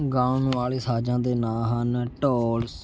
ਗਾਉਣ ਵਾਲੇ ਸਾਜ਼ਾਂ ਦੇ ਨਾਂ ਹਨ ਢੋਲ